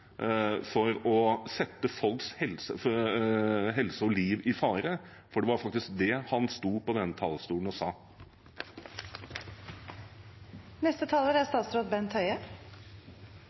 for å sette folks helse og liv i fare, for det var faktisk det han sto på denne talerstolen og sa. Som representantene viser til, er